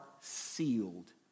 sealed